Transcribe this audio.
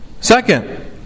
Second